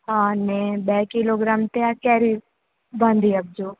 અને બે કિલોગ્રામ ત્યાં કેરી બાંધી આપજો